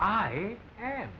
i am